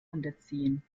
unterziehen